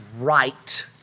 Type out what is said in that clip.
right